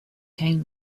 came